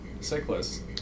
Cyclist